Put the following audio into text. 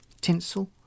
tinsel